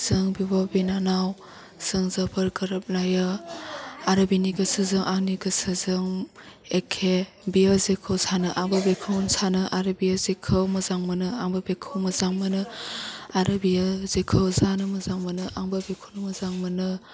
जों बिब' बिनानाव जों जोबोर गोरोबलायो आरो बिनि गोसोजों आंनि गोसोजों एखे बेयो जेखौ सानो आंबो बेखौनो सानो आरो बे जेखौ मोजां मोनो आंबो बेखौ मोजां मोनो आरो बेयो जेखौ जानो मोजां मोनो आंबो बेखौनो मोजां मोनो